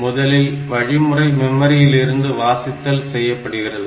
முதலில் வழிமுறை மெமரியிலிருந்து வாசித்தல் செய்யப்படுகிறது